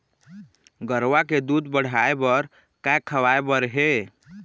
गरवा के दूध बढ़ाये बर का खवाए बर हे?